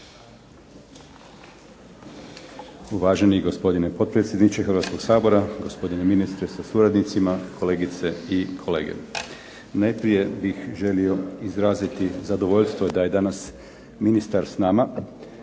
Uvaženi gospodine potpredsjedniče Hrvatskog sabora, gospodine ministre sa suradnicima, kolegice i kolege. Najprije bih želio izraziti zadovoljstvo da je danas ministar sa nama.